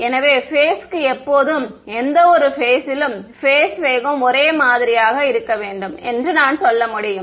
எனவே பேஸ்க்கு எப்போதும் ஏதோவொரு பேஸில் பேஸ் வேகம் ஒரே மாதிரியாக இருக்க வேண்டும் என்று நான் சொல்ல முடியும்